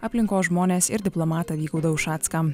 aplinkos žmones ir diplomatą vygaudą ušacką